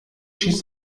schieß